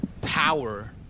power